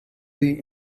the